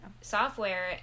software